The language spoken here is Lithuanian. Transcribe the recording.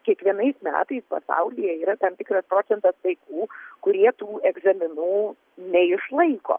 kiekvienais metais pasaulyje yra tam tikras procentas vaikų kurie tų egzaminų neišlaiko